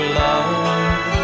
love